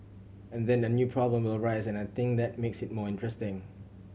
and then a new problem will arise and I think that makes it more interesting